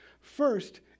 First